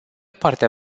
partea